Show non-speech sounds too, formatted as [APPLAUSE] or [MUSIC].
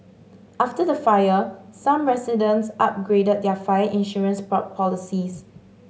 after the fire some residents upgraded their fire insurance [UNINTELLIGIBLE] policies